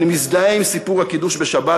אני מזדהה עם סיפור הקידוש בשבת,